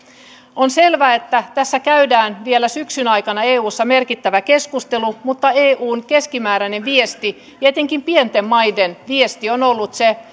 on selvää että tästä käydään vielä syksyn aikana eussa merkittävä keskustelu mutta eun keskimääräinen viesti etenkin pienten maiden viesti on ollut se